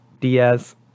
Diaz